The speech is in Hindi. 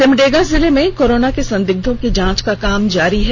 सिमडेगा जिले में कोरोना के संदिग्धों की जांच का काम जारी है